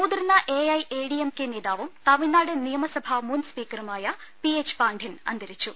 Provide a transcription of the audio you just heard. മുതിർന്ന AIADMK നേതാവും തമിഴ്നാട് നിയമ സഭാ മുൻ സ്പീക്കറുമായ പി എച്ച് പാണ്ഡ്യൻ അന്തരിച്ചു